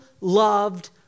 loved